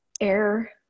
air